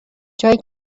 جایی